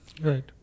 right